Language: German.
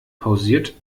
pausiert